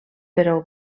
però